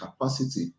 capacity